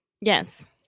Yes